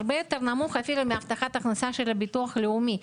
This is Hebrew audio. הרבה יותר נמוך מהבטחת ההכנסה של הביטוח הלאומי.